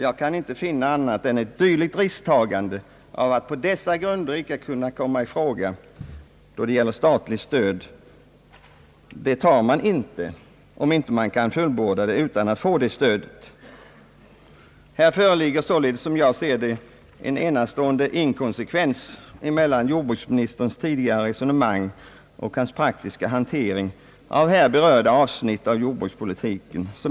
Jag kan inte tänka mig annat än att man inte tar risken att på dessa grunder icke komma i åtnjutande av statligt stöd, om man ej kan fullborda planerna utan att få detta stöd. Här föreligger således, som jag ser det, en enastående inkonsekvens mellan jordbruksministerns tidigare resonemang och hans praktiska handläggning av här berörda avsnitt av jordbrukspolitiken.